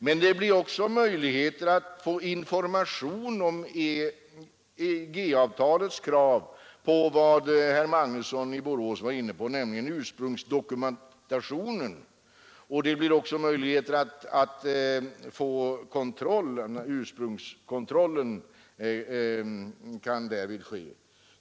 Men det blir också möjligheter att få information om EG-avtalets krav på det som herr Magnusson i Borås var inne på, nämligen ursprungsdokumentationen, och därvid kan även ursprungskontrollen ske.